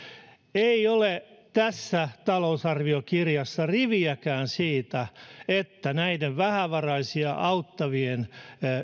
ei ole tässä talousarviokirjassa riviäkään siitä että näiden vähävaraisia auttavien